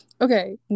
okay